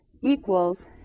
equals